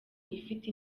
ifite